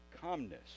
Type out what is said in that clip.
calmness